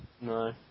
No